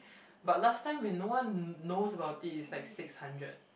but last time when no one knows about this like six hundred